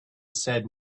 said